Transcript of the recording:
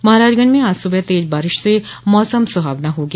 महराजगंज में आज सुबह तेज बारिश से मौसम सुहावना हो गया